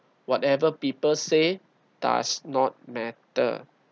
whatever people say does not matter